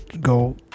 go